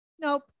Nope